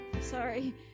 sorry